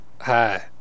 hi